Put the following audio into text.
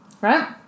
right